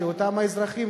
ואותם האזרחים,